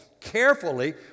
carefully